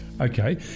Okay